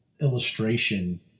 illustration